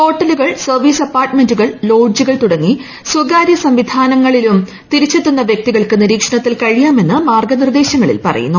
ഹോട്ടലുകൾ സർവ്വീസ് അപാർട്ട്മെന്റുകൾ ലോഡ്ജുകൾ തുടങ്ങി സ്വകാര്യ സംവിധാനങ്ങളിലും തിരിച്ചെത്തുന്ന വൃക്തികൾക്ക് നിരീക്ഷണത്തിൽ കഴിയാമെന്ന് മാർഗ്ഗനിർദ്ദേശങ്ങളിൽ പറയുന്നു